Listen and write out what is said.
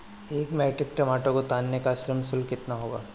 एक metric ton टमाटर को उतारने का श्रम शुल्क कितना होगा?